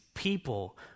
People